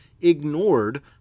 ignored